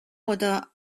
oder